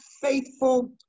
faithful